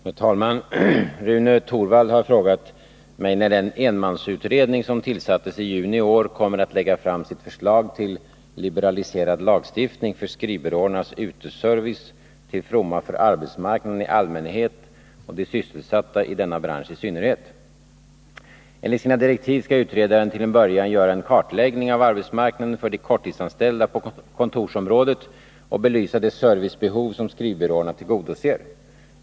Herr talman! Rune Torwald har frågat mig när den enmansutredning som tillsattes i juni i år kommer att lägga fram sitt förslag till liberaliserad lagstiftning för skrivbyråernas uteservice till fromma för arbetsmarknaden i allmänhet och de sysselsatta i denna bransch i synnerhet. Enligt sina direktiv skall utredaren till en början göra en kartläggning av arbetsmarknaden för de korttidsanställda på kontorsområdet och belysa det servicebehov som skrivbyråerna tillgodoser.